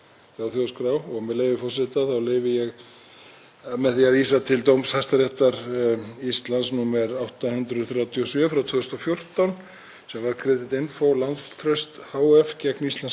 sem var Creditinfo lánstraust hf. gegn íslenska ríkinu og Þjóðskrá Íslands. Í málinu kom til skoðunar forveri gjaldskrár þeirrar sem hér er til umfjöllunar og sem gildandi gjaldskrá er að stofni til byggð á: